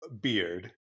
beard